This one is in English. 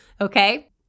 Okay